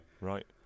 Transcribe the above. right